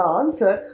answer